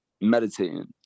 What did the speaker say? meditating